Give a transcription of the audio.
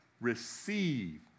Receive